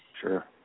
Sure